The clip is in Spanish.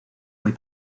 muy